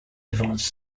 advanced